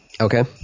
Okay